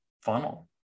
funnel